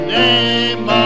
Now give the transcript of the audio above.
name